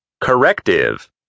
Corrective